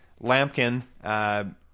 Lampkin